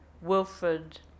Wilfred